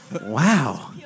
Wow